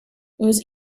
was